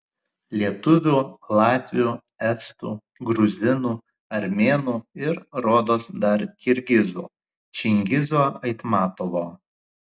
lietuvių latvių estų gruzinų armėnų ir rodos dar kirgizų čingizo aitmatovo